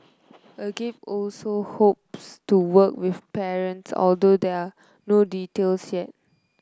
Agape also hopes to work with parents although there are no details yet